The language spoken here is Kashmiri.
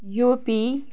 U P